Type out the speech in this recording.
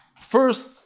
first